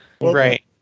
Right